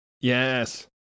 Yes